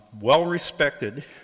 well-respected